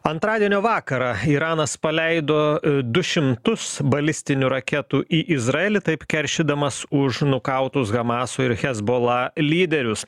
antradienio vakarą iranas paleido du šimtus balistinių raketų į izraelį taip keršydamas už nukautus hamaso ir hezbollah lyderius